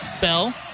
Bell